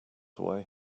away